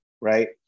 right